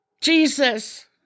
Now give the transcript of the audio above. Jesus